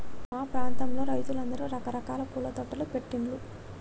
మా ప్రాంతంలో రైతులందరూ రకరకాల పూల తోటలు పెట్టిన్లు